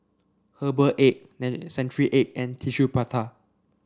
Herbal Egg and Century Egg and Tissue Prata